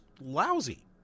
lousy